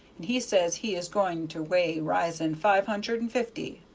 and he says he is goin' to weigh risin' five hundred and fifty.